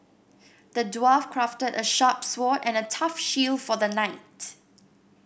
the dwarf crafted a sharp sword and a tough shield for the knight